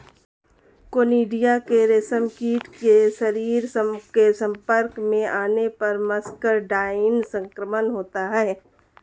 conidia के रेशमकीट के शरीर के संपर्क में आने पर मस्करडाइन संक्रमण होता है